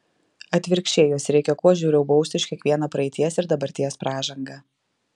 atvirkščiai juos reikia kuo žiauriau bausti už kiekvieną praeities ir dabarties pražangą